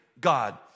God